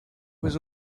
was